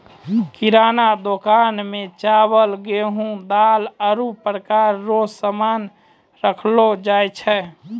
किराना दुकान मे चावल, गेहू, दाल, आरु प्रकार रो सामान राखलो जाय छै